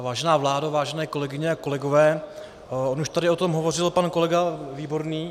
Vážená vládo, vážené kolegyně a kolegové, on už tady o tom hovořil pan kolega Výborný.